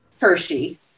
Hershey